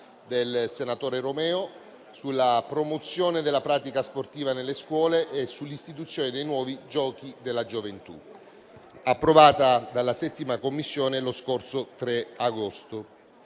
del senatore Romeo, sulla promozione della pratica sportiva nelle scuole e sull'istituzione dei nuovi giochi della gioventù, approvato dalla 7a Commissione lo scorso 3 agosto.